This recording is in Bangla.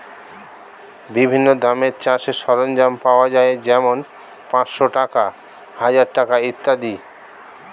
বিভিন্ন দামের চাষের সরঞ্জাম পাওয়া যায় যেমন পাঁচশ টাকা, হাজার টাকা ইত্যাদি